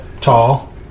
tall